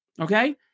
okay